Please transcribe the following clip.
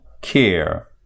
care